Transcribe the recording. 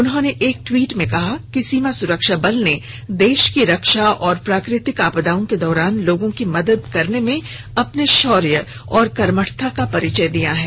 उन्होंने एक टवीट में कहा कि सीमा सुरक्षा बल ने देश की रक्षा और प्राकृतिक आपदाओं के दौरान लोगों की मदद करने में अपने शौर्य और कर्मठता का परिचय दिया है